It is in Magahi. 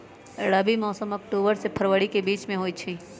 रबी मौसम अक्टूबर से फ़रवरी के बीच में होई छई